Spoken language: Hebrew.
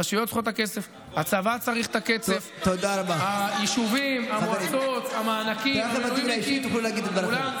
אם היו דברים ראויים, היינו מצביעים לך.